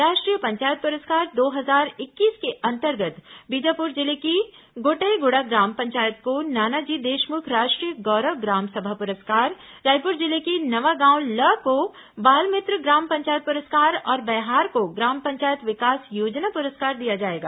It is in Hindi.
राष्ट्रीय पंचायत पुरस्कार दो हजार इक्कीस के अंतर्गत बीजापुर जिले की गोटईगुड़ा ग्राम पंचायत को नानाजी देशमुख राष्ट्रीय गौरव ग्राम सभा पुरस्कार रायपुर जिले की नवागांव ल को बाल मित्र ग्राम पंचायत पुरस्कार और बैहार को ग्राम पंचायत विकास योजना पुरस्कार दिया जाएगा